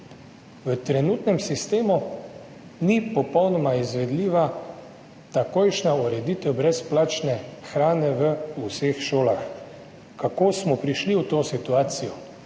V trenutnem sistemu ni popolnoma izvedljiva takojšnja ureditev brezplačne hrane v vseh šolah. Kako smo prišli v to situacijo?